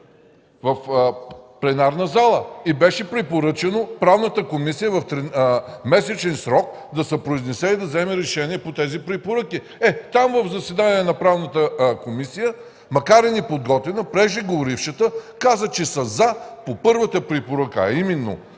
в пленарната зала, и беше препоръчано Правната комисия в месечен срок да се произнесе и да вземе решение по тези препоръки. Е, там в заседание на Правната комисия, макар и неподготвена преждеговорившата каза, че са „за” по първата препоръка, а именно